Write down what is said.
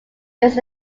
lives